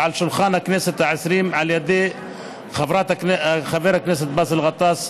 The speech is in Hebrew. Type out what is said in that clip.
ועל שולחן הכנסת העשרים על ידי חבר הכנסת באסל גטאס,